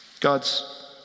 God's